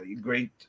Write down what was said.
great